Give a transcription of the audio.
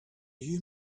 you